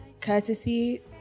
courtesy